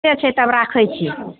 ठीके छै तब राखैत छी